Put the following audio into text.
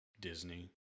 Disney